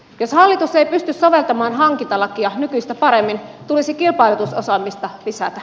jos hallitus ei pysty soveltamaan hankintalakia nykyistä paremmin tulisi kilpailutusosaamista lisätä